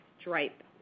stripe